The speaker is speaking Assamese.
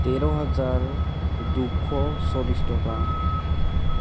তেৰ হাজাৰ দুশ চল্লিছ টকা